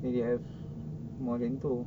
we have more than two